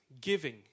giving